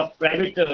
private